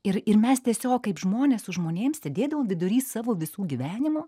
ir ir mes tiesiog kaip žmonės su žmonėm sėdėdavom vidury savo visų gyvenimo